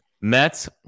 Mets